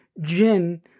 Jin